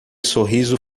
sorriso